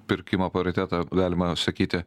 pirkimą paritetą galima sakyti